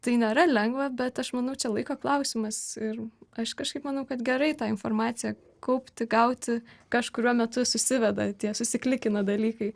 tai nėra lengva bet aš manau čia laiko klausimas ir aš kažkaip manau kad gerai tą informaciją kaupti gauti kažkuriuo metu susiveda tie susiklikina dalykai